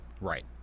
right